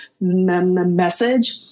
message